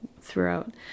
throughout